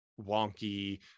wonky